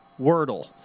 Wordle